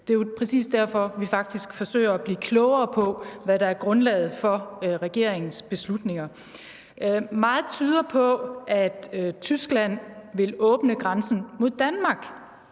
det er jo præcis derfor, at vi faktisk forsøger at blive klogere på, hvad der er grundlaget for regeringens beslutninger. Meget tyder på, at Tyskland vil åbne grænsen mod Danmark